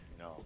No